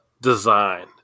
design